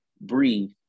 breathe